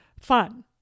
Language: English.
fun